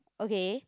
okay